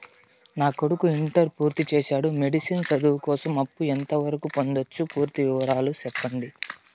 నా కొడుకు ఇంటర్ పూర్తి చేసాడు, మెడిసిన్ చదువు కోసం అప్పు ఎంత వరకు పొందొచ్చు? పూర్తి వివరాలు సెప్పండీ?